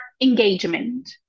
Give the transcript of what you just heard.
engagement